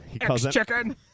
X-Chicken